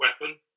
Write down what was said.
weapon